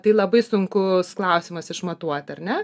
tai labai sunkus klausimas išmatuot ar ne